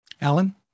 Alan